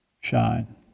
shine